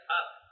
up